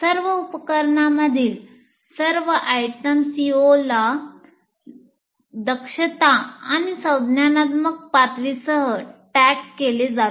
सर्व उपकरणांमधील सर्व आयटमला सीओ केले जावे